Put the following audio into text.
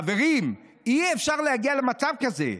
חברים, אי-אפשר להגיע למצב כזה.